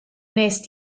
wnest